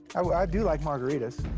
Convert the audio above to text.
i do like margaritas.